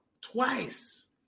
twice